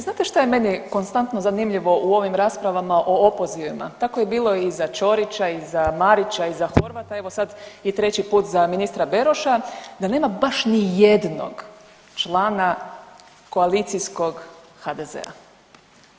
Znate šta je meni konstantno zanimljivo u ovim raspravama o opozivima, tako je bilo i za Ćorića i za Marića i za Horvata, evo sad i treći put za ministra Beroša, da nema baš nijednog člana koalicijskog HDZ-a.